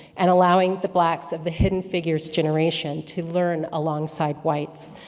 and allowing the blacks of the hidden figures generation, to learn alongside whites.